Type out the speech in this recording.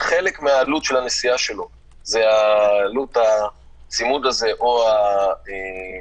חלק מעלות הנסיעה שלו זה עלות הצימוד הזה או המלונית,